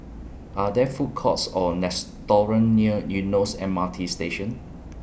Are There Food Courts Or restaurants near Eunos M R T Station